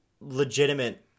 legitimate